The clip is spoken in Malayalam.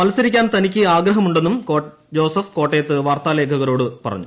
മത്സരിക്കാൻ തനിക്ക് ആഗ്രഹമുണ്ടെന്നും ജോസഫ് കോട്ടയത്ത് വാർത്താ ലേഖകരോട് പറഞ്ഞു